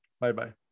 bye-bye